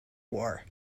war